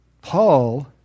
Paul